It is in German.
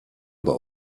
aber